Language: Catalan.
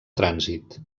trànsit